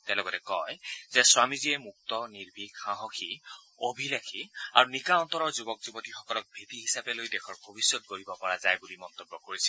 তেওঁ লগতে কয় যে স্বামীজীয়ে মুক্ত নিৰ্ভীক সাহসী অভিলাষী আৰু নিকা অন্তৰৰ যুৱক যুৱতীসকলক ভেটি হিচাপে লৈ দেশৰ ভৱিষ্যৎ গঢ়িব পৰা যায় বুলি মন্তব্য কৰিছিল